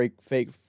fake